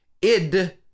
id